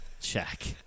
check